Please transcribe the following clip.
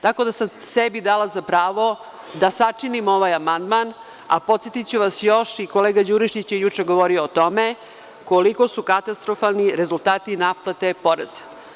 Tako da, sebi sam dala za pravo da sačinim ovaj amandman, a podsetiću vas još, i kolega Đurišić je juče govorio o tome, koliko su katastrofalni rezultati naplate poreza.